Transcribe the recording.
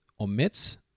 omits